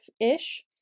ish